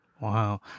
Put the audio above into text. Wow